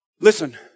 Listen